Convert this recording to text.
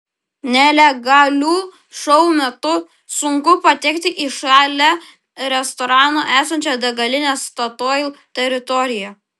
nelegalių šou metu sunku patekti į šalia restorano esančios degalinės statoil teritoriją